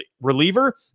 reliever